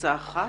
קבוצה אחת